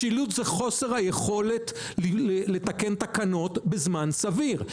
משילות זה חוסר היכולת לתקן תקנות בזמן סביר,